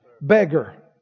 Beggar